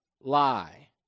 lie